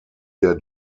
der